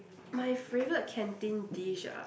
my favourite canteen dish ah